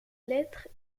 lettres